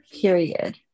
period